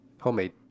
homemade